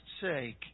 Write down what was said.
sake